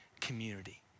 community